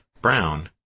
Brown